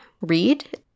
read